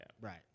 Right